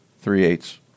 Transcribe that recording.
Three-eighths